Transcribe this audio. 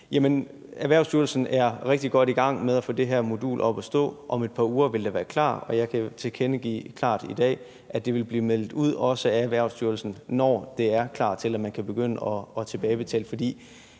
Erhvervsstyrelsen er rigtig godt i gang med at få det her modul op at stå. Om et par uger vil det være klart, og jeg kan jo tilkendegive klart i dag, at det vil blive meldt ud også af Erhvervsstyrelsen, når det er klart til, at man kan begynde at tilbagebetale.